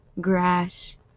grass